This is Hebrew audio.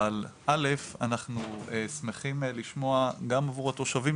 אבל אנחנו שמחים לשמוע גם עבור התושבים